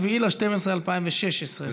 7 בדצמבר 2016,